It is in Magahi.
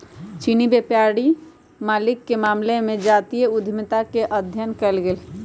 चीनी व्यापारी मालिके मामले में जातीय उद्यमिता के अध्ययन कएल गेल हइ